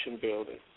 building